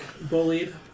bullied